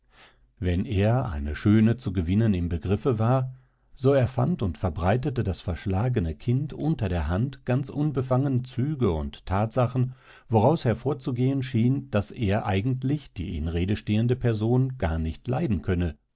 wenn er eine schöne zu gewinnen im begriffe war so erfand und verbreitete das verschlagene kind unter der hand ganz unbefangen züge und tatsachen woraus hervorzugehen schien daß er eigentlich die in rede stehende person gar nicht leiden könne